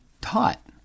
taught